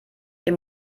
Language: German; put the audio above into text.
eine